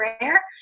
rare